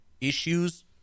issues